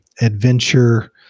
adventure